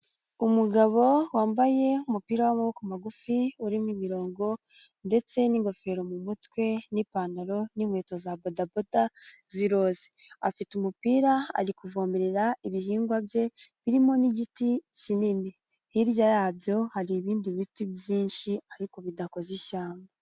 Umugabo wambaye umupira w'amaboko magufi urimo imirongo ndetse n'ingofero mu mutwe n'ipantaro n'inkweto za bodaboda z'iroza, afite umupira ari kuvomerera ibihingwa bye birimo n'igiti kinini, hirya yabyo hari ibindi biti byinshi ariko bidakoze ishyamba.